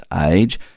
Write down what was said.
age